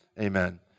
Amen